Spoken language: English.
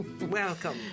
Welcome